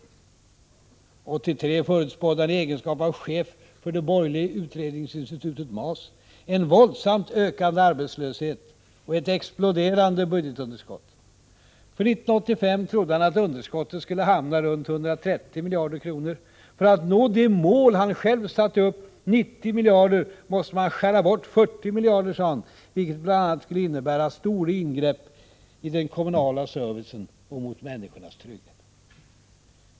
1983 förutspådde han — i egenskap av chef för det borgerliga utredningsinstitutet MAS — en våldsamt ökande arbetslöshet och ett exploderande budgetunderskott. För 1985 trodde han att underskottet skulle hamna runt 130 miljarder kronor; för att nå det mål han själv satte upp — 90 miljarder — måste man skära bort 40 miljarder, sade han, vilket bl.a. skulle innebära stora ingrepp i den kommunala servicen och mot människornas trygghet.